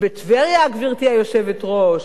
בטבריה, גברתי היושבת-ראש.